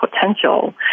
potential